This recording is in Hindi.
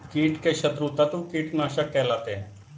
कीट के शत्रु तत्व कीटनाशक कहलाते हैं